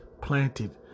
planted